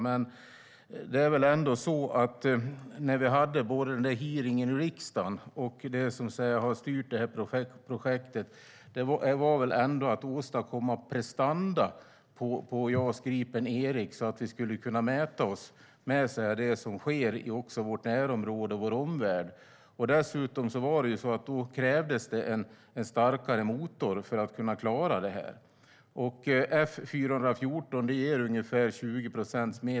Men det är väl ändå så att det när det gäller hearingen i riksdagen och det som har styrt det här projektet har handlat om att åstadkomma prestanda på JAS Gripen E, så att vi skulle kunna mäta oss med det som sker i vårt närområde och i vår omvärld. Dessutom krävdes det en starkare motor för att kunna klara det här.